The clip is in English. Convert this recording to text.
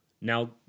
now